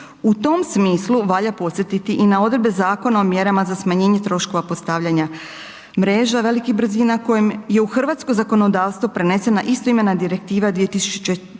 U tom smislu valja podsjetiti i na odredbe Zakona o mjerama za smanjenje troškova postavljanja mreža velikih brzina kojim je u hrvatsko zakonodavstvo prenesena istoimena direktiva